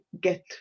get